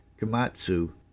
Komatsu